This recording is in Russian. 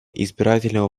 избирательного